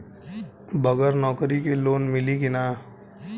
बगर नौकरी क लोन मिली कि ना?